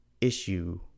issue